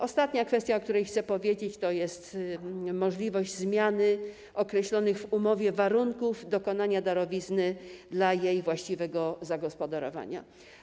Ostatnia kwestia, o której chcę powiedzieć, dotyczy możliwości zmiany określonych w umowie warunków dokonania darowizny dla jej właściwego zagospodarowania.